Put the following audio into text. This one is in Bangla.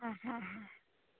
হ্যাঁ হ্যাঁ হ্যাঁ